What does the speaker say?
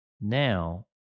Now